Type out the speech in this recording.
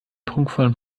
prunkvollen